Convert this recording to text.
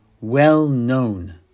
well-known